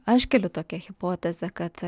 aš keliu tokią hipotezę kad